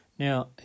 Now